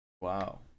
Wow